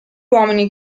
uomini